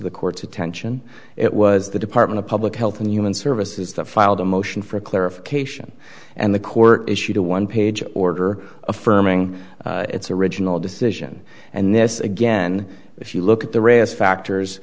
the court's attention it was the department of public health and human services that filed a motion for a clarification and the court issued a one page order affirming its original decision and this again if you look at the risk factors